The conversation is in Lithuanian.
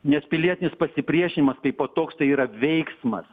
nes pilietinis pasipriešinimas kaipo toks tai yra veiksmas